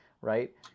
right